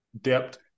depth